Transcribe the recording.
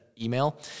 email